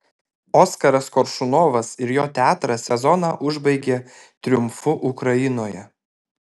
oskaras koršunovas ir jo teatras sezoną užbaigė triumfu ukrainoje